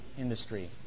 industry